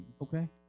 okay